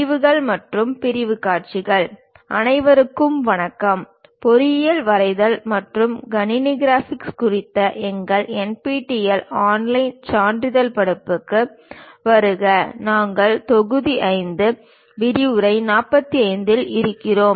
பிரிவுகள் மற்றும் பிரிவு காட்சிகள் அனைவருக்கும் வணக்கம் பொறியியல் வரைதல் மற்றும் கணினி கிராபிக்ஸ் குறித்த எங்கள் NPTEL ஆன்லைன் சான்றிதழ் படிப்புகளுக்கு வருக நாங்கள் தொகுதி எண் 5 விரிவுரை 45 இல் இருக்கிறோம்